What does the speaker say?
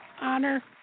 honor